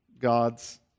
God's